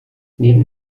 neben